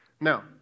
Now